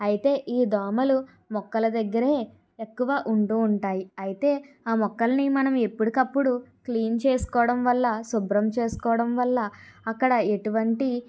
అయితే ఈ దోమలు మొక్కల దగ్గరే ఎక్కువ ఉంటూ ఉంటాయి అయితే ఆ మొక్కలను మనం ఎప్పటికప్పుడు క్లీన్ చేసుకోవడం వల్ల శుభ్రం చేసుకోవడం వల్ల అక్కడ ఎటువంటి